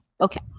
Okay